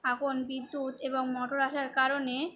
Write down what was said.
এখন বিদ্যুৎ এবং মোটর আসার কারণে